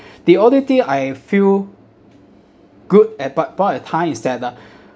the only thing I feel good at that point of time is that uh